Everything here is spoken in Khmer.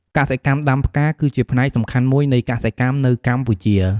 កសិកម្មដំាផ្កា គឺជាផ្នែកសំខាន់មួយនៃកសិកម្មនៅកម្ពុជា។